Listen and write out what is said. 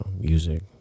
music